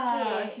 okay